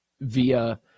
via